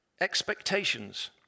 expectations